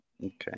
Okay